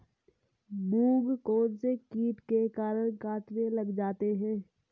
मूंग कौनसे कीट के कारण कटने लग जाते हैं?